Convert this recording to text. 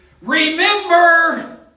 Remember